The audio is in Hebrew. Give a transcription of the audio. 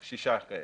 כן, שישה כאלה.